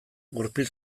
gurpil